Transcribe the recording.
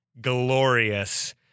glorious